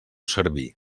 servir